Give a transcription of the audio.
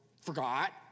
forgot